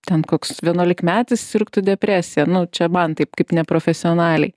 ten koks vienuolikmetis sirgtų depresija na čia man taip kaip neprofesionalei